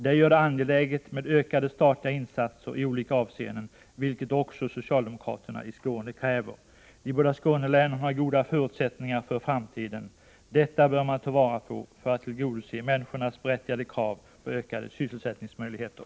Det gör det angeläget med ökade statliga insatser i olika avseenden, vilket också socialdemokraterna i Skåne kräver. De båda Skånelänen har goda förutsättningar för framtiden. Detta bör man ta vara på för att tillgodose människornas berättigade krav på ökade sysselsättningsmöjligheter.